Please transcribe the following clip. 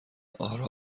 آرام